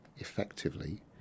Effectively